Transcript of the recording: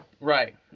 Right